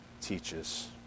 teaches